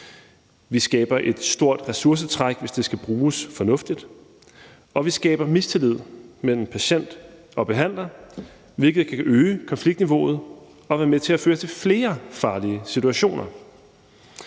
vi skaber et stort ressourcetræk, hvis det skal bruges fornuftigt; vi skaber mistillid mellem patient og behandler, hvilket kan øge konfliktniveauet og være med til at føre til flere farlige situationer.